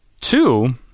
two